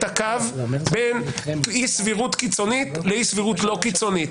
הקו בין אי-סבירות קיצונית לאי-סבירות לא קיצונית.